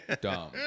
Dumb